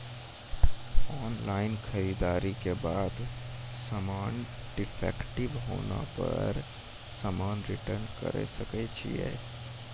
Online खरीददारी के बाद समान डिफेक्टिव होला पर समान रिटर्न्स करे सकय छियै?